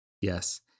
yes